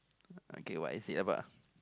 okay what is it about